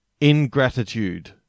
Ingratitude